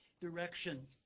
direction